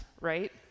right